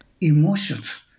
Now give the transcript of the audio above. emotions